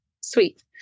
sweet